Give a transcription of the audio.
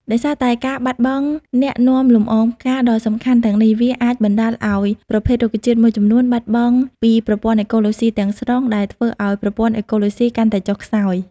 ដោយសារតែការបាត់បង់អ្នកនាំលំអងផ្កាដ៏សំខាន់ទាំងនេះ វាអាចបណ្តាលឲ្យប្រភេទរុក្ខជាតិមួយចំនួនបាត់បង់ពីប្រព័ន្ធអេកូឡូស៊ីទាំងស្រុង ដែលធ្វើឲ្យប្រព័ន្ធអេកូឡូស៊ីកាន់តែចុះខ្សោយ។